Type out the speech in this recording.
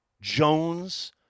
Jones